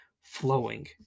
flowing